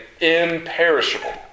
Imperishable